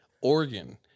Oregon